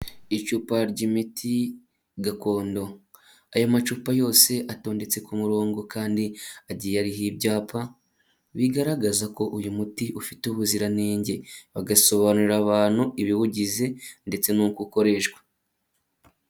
Icupa ry'imiti gakondo, ayo macupa yose atondetse ku murongo kandi agiye ariho ibyapa bigaragaza ko uyu muti ufite ubuziranenge, bagasobanurira abantu ibiwugize ndetse n'uko ukoreshwa.